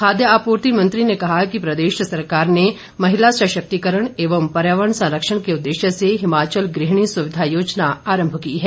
खाद्य आपूर्ति मंत्री ने कहा कि प्रदेश सरकार ने महिला सशक्तिकरण एवं पर्यावरण संरक्षण के उद्देश्य से हिमाचल गृहिणी सुविधा योजना आरंभ की है